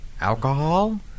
Alcohol